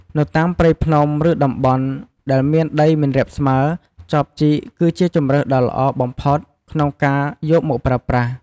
នៅតាមព្រៃភ្នំ ឬតំបន់ដែលមានដីមិនរាបស្មើ ចបជីកគឺជាជម្រើសដ៏ល្អបំផុតក្នុងការយកមកប្រើប្រាស់។